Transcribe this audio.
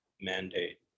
mandate